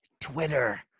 Twitter